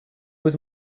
was